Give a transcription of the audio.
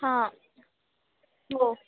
हां हो